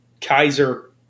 Kaiser